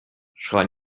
schrei